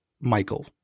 Michael